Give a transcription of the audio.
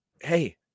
hey